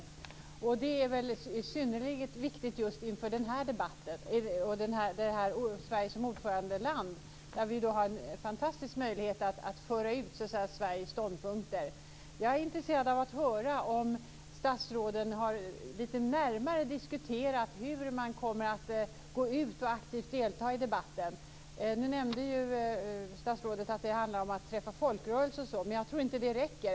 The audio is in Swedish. Det är väl synnerligen viktigt just inför denna debatt och inför Sveriges period som ordförandeland, då vi har en fantastisk möjlighet att föra ut Sveriges ståndpunkter. Jag är intresserad av att höra om statsråden har diskuterat lite närmare hur de kommer att gå ut och aktivt delta i debatten. Statsrådet nämnde att det handlar om att träffa folkrörelser, men jag tror inte att det räcker.